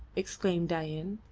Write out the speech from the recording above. exclaimed dain.